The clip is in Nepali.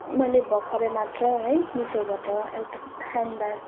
मैले भखरै मात्र है मिसोबाट एउटा ह्यान्ड ब्याग